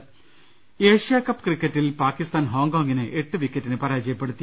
് ഏഷ്യാകപ്പ് ക്രിക്കറ്റിൽ പാകിസ്ഥാൻ ഹോങ്കോങിനെ എട്ട് വിക്കറ്റിന് പരാജയപ്പെടുത്തി